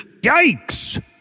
Yikes